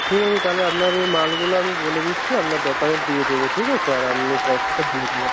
ঠিক আছে তাহলে আপনার এই মালগুলো আমি বলে দিচ্ছি আপনার দোকানে দিয়ে দেবে ঠিক আছে আর আপনি পয়সাটা দিয়ে দেবেন